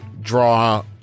draw